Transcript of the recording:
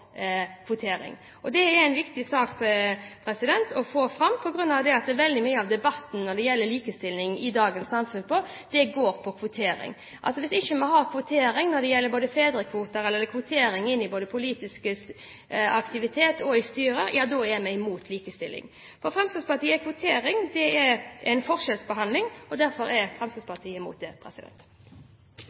kvotering. Det er en viktig sak å få fram, fordi veldig mye av debatten rundt likestilling i dagens samfunn går på kvotering. Altså: Hvis ikke vi har kvotering når det gjelder fedrekvoter, eller kvotering inn i politisk aktivitet og i styrer, ja da er vi imot likestilling. For Fremskrittspartiet er kvotering en forskjellsbehandling, og derfor er Fremskrittspartiet imot det.